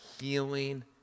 healing